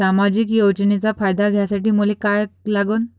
सामाजिक योजनेचा फायदा घ्यासाठी मले काय लागन?